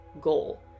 goal